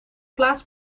plaats